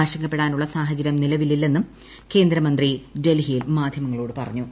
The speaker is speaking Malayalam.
ആശങ്കപ്പെടാനുള്ള സാഹചര്യം നിലവിൽ ഇല്ലെന്നും കേന്ദ്രമന്ത്രി ഡൽഹിയിൽ മാധ്യമങ്ങളോട് പറഞ്ഞു